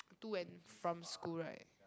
to and from school right